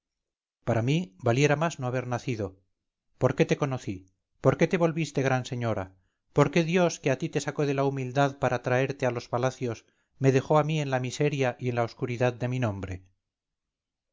para mí valiera más no haber nacido por qué te conocí por qué te volviste gran señora por qué dios que a ti te sacó de la humildad para traerte a los palacios me dejó a mí en la miseria y en la oscuridad de mi nombre